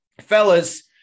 Fellas